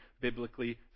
biblically